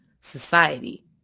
society